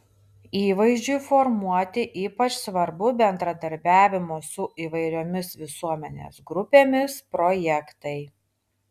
įvaizdžiui formuoti ypač svarbu bendradarbiavimo su įvairiomis visuomenės grupėmis projektai